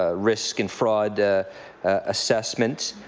ah risk and fraud assessment.